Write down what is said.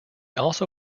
also